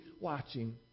watching